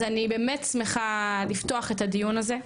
אז אני באמת שמחה לפתוח את הדיון הזה.